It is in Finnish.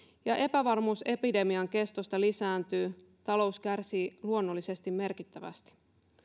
ja epävarmuus epidemian kestosta lisääntyy talous kärsii luonnollisesti merkittävästi